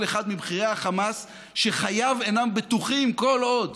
אחד מבכירי החמאס שחייו אינם בטוחים כל עוד